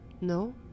no